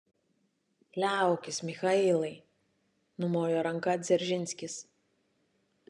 liaukis michailai numojo ranką dzeržinskis